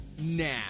now